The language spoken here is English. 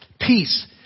peace